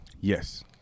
Yes